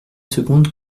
seconde